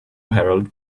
herald